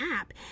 app